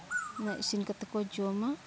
ᱢᱟᱱᱮ ᱤᱥᱤᱱ ᱠᱟᱛᱮᱫ ᱠᱚ ᱡᱚᱢᱟ